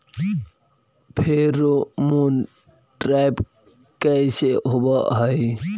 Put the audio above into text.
Pheromone trap कैसे होब हई?